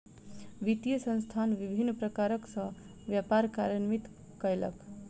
वित्तीय संस्थान विभिन्न प्रकार सॅ व्यापार कार्यान्वित कयलक